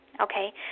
okay